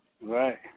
Right